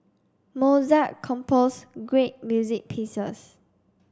Mozart composed great music pieces